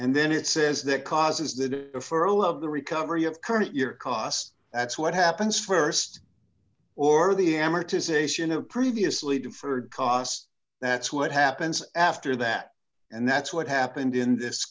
and then it says that causes that for all of the recovery of current year cost that's what happens st or the amortization of previously deferred costs that's what happens after that and that's what happened in this